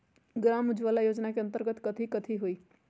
ग्राम उजाला योजना के अंतर्गत कथी कथी होई?